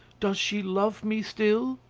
does she love me still?